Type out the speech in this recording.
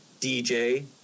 DJ